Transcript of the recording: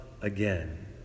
again